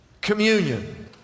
communion